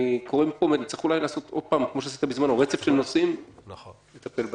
צריך אולי להעלות רצף של נושאים ולטפל בהם,